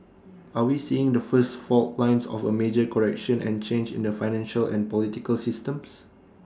are we seeing the first fault lines of A major correction and change in the financial and political systems